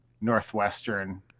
Northwestern